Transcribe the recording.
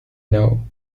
know